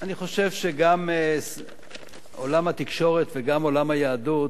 אני חושב שגם עולם התקשורת וגם עולם היהדות,